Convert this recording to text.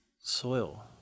soil